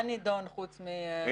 מה נדון חוץ מ- --?